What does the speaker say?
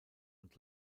und